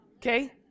Okay